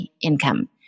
income